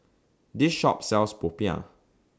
This Shop sells Popiah